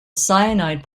cyanide